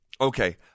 Okay